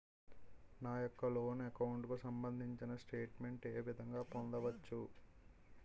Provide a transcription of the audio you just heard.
నా యెక్క loan account కు సంబందించిన స్టేట్ మెంట్ ఏ విధంగా పొందవచ్చు?